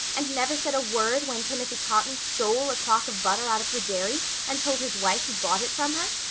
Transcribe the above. and never said a word when timothy cotton stole a crock of butter out of her dairy and told his wife he'd bought it from her?